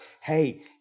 hey